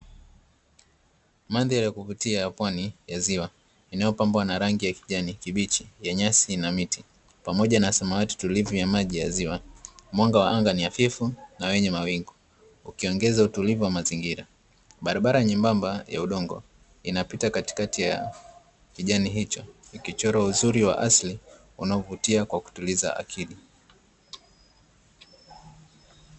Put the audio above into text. Mandhari ya kuvutia ya pwani ya ziwa inayopambwa na rangi ya kijani kibichi, yenye asili na miti, pamoja na samawati tulivu ya maji ya ziwa. Mwanga wa anga ni hafifu na wenye mawingu, ukiongeza utulivu wa mazingira. Barabara nyembamba ya udongo inapita katikati ya kijani hicho, uchochoro wa uzuri wa asili unaovutia kwa kutuliza akili.